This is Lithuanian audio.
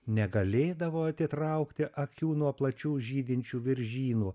negalėdavo atitraukti akių nuo plačių žydinčių viržynų